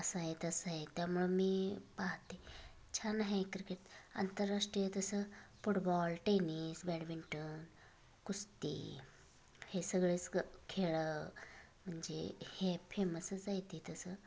असं आहे तसं आहे त्यामुळं मी पाहाते छान आहे क्रिकेट आंतरराष्ट्रीय तसं फुटबॉल टेनिस बॅडमिंटन कुस्ती हे सगळेच खेळ म्हणजे हे फेमसच आहेत तसं